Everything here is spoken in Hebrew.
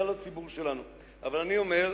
הציבור שלנו לא יבין אם לא נמליץ עליך.